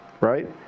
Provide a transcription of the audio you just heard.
right